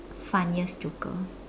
funniest joker